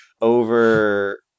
over